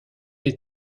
les